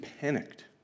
panicked